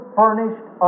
furnished